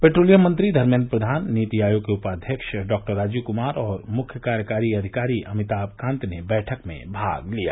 petroleum मंत्री धर्मेन्द्र प्रधान नीति आयोग के उपाध्यक्ष डॉ राजीव कुमार और मुख्य कार्यकारी अधिकारी अमिताभ कांत ने बैठक में भाग लिया